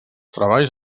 treballs